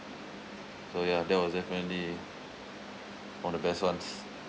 so ya that was definitely one of the best ones